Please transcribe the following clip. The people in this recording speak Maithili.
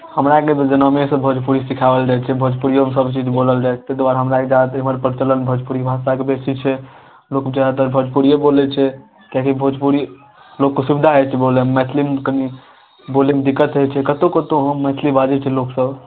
हमरा इधर जन्मेसँ भोजपुरी सिखाओल जाइ छै भोपुरिओमे सभचीज बोलल जाइ छै ताहि दुआरे हमरा इधर इमहर प्रचलन भोजपुरी भाषाके बेशी छै लोक ज्यादातर भोजपुरिए बोलै छै किएकि भोजपुरी लोककेँ सुविधा होइ छै बोलैमे मैथिलीमे कनि बोलैमे दिकक्त होइ छै कतहु कतहु म मैथिली बाजै छै लोकसभ